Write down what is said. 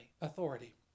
authority